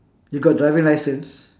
you got driving license